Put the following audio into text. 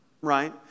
right